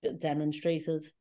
demonstrated